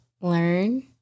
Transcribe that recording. learn